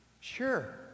Sure